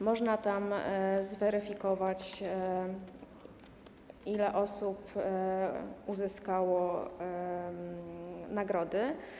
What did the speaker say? Można tam zweryfikować, ile osób uzyskało nagrody.